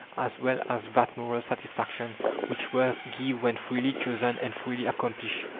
as well as that moral satisfaction which work give when freely chosen and freely accomplished,